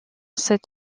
sept